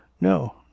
No